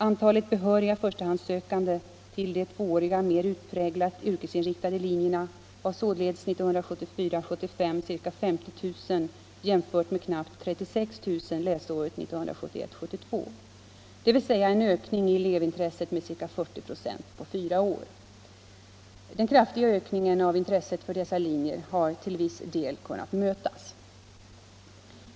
Antalet behöriga förstahandssökande till de tvååriga mer utpräglat yrkesinriktade linjerna var således 1974 72, dvs. en ökning i elevintresset med ca 40 96 på fyra år. Den kraftiga ökningen av intresset för dessa linjer har till viss del kunnat mötas.